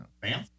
BAM